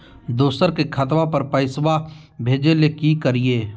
दोसर के खतवा पर पैसवा भेजे ले कि करिए?